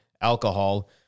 alcohol